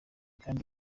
kandi